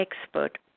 expert